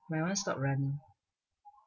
my one stopped running